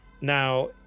Now